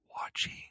watching